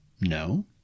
No